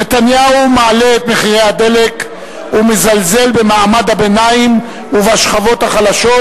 נתניהו מעלה את מחירי הדלק ומזלזל במעמד הביניים ובשכבות החלשות,